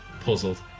puzzled